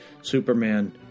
Superman